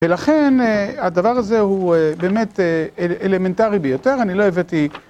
ולכן הדבר הזה הוא באמת אלמנטרי ביותר, אני לא הבאתי...